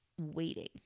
waiting